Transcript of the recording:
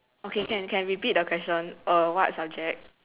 okay can can repeat the question uh what subject